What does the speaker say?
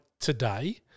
today